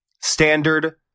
standard